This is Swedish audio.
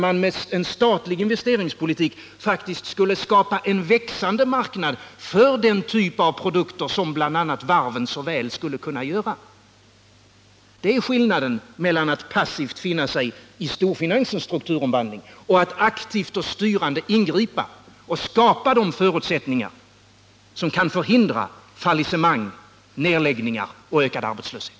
Med en statlig investeringspolitik skulle man faktiskt skapa en växande marknad för den typ av produkter som bl.a. varven så väl skulle kunna framställa. Det är skillnaden mellan att passivt finna sig i storfinansens strukturomvandling och att aktivt och styrande ingripa för att skapa förutsättningar för att förhindra fallissemang, nedläggningar och ökad arbetslöshet.